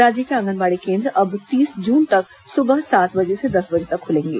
राज्य के आगंनबाड़ी केन्द्र अब तीस जून तक सुबह सात से दस बजे तक खुलेंगे